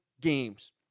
games